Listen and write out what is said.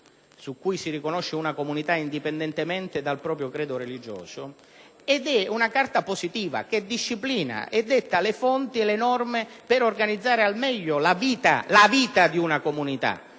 quali si riconosce una comunità, indipendentemente dal proprio credo religioso. Inoltre si tratta di una Carta positiva che disciplina e detta le fonti e le norme per organizzare al meglio la vita di una comunità